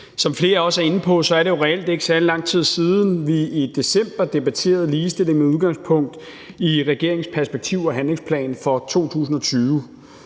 Som flere også er inde på, er det jo reelt ikke særlig lang tid siden, at vi i december debatterede ligestilling med udgangspunkt i regeringens perspektiv- og handlingsplan for 2020.